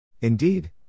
Indeed